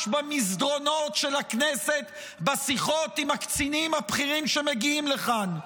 במסדרונות של הכנסת בשיחות עם הקצינים הבכירים שמגיעים לכאן: